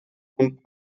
und